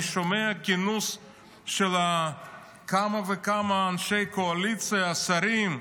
אני שומע כינוס של כמה וכמה אנשי קואליציה, שרים,